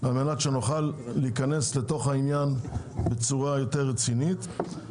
על מנת שנוכל להיכנס לתוך העניין בצורה יותר רצינית.